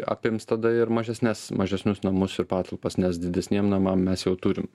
apims tada ir mažesnes mažesnius namus ir patalpas nes didesniem namam mes jau turim